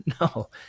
no